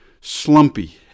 slumpy